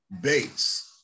base